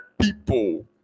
people